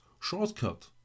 shortcut